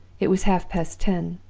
it was half-past ten,